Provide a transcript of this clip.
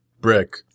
Brick